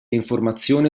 informazione